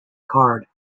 card